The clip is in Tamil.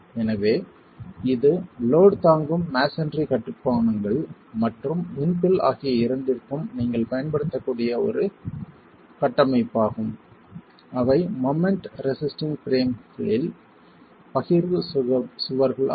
எனவே இது லோட் தாங்கும் மஸோன்றி கட்டுமானங்கள் மற்றும் இன்ஃபில் ஆகிய இரண்டிற்கும் நீங்கள் பயன்படுத்தக்கூடிய ஒரு கட்டமைப்பாகும் அவை மொமெண்ட் ரெசிஸ்டிங் பிரேம்களில் பகிர்வு சுவர்கள் ஆகும்